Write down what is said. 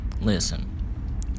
Listen